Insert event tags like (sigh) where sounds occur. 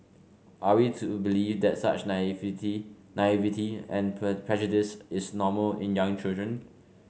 are we to believe that such naivety naivety and (unintelligible) prejudice is normal in young children